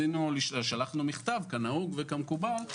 שלחנו מכתב כנהוג וכמקובל,